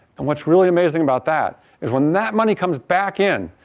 and what's really amazing about that is when that money comes back in,